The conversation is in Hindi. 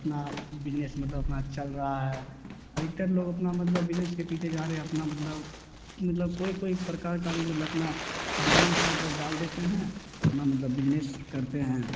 अपना बिजनेस मतलब अपना चल रहा है अधिकतर लोग अपना मतलब बिजनेस के पीछे जा रहे हैं अपना मतलब मतलब कोई कोई परकार का भी मतलब अपना बिजनेस मतलब डाल देते हैं अपना मतलब बिजनेस करते हैं